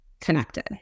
connected